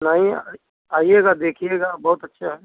नहीं आ आइएगा देखिएगा बहुत अच्छा है